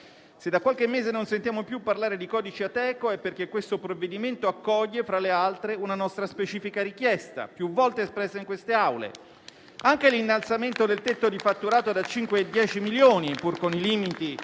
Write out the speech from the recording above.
Se da qualche mese non sentiamo più parlare di codici Ateco, è perché questo provvedimento accoglie, fra le altre, una nostra specifica richiesta più volte espressa in queste Aule. Anche l'innalzamento del tetto di fatturato da 5 a 10 milioni, pur con i limiti